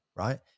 Right